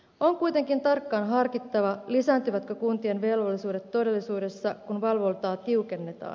on kuitenkin tarkkaan harkittava lisääntyvätkö kuntien velvollisuudet todellisuudessa kun valvontaa tiukennetaan